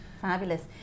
fabulous